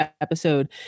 episode